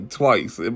twice